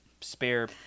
spare